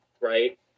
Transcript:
right